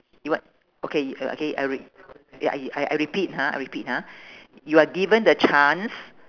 you what okay uh okay I re~ ya I I repeat ha I repeat ha you are given the chance